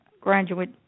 graduate